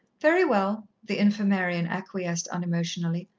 very well, the infirmarian acquiesced unemotionally.